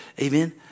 Amen